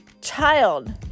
child